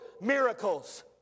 miracles